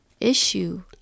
issue